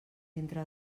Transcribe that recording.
entre